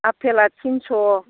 आफेला थिनस'